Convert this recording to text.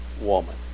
woman